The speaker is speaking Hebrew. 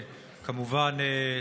כמובן,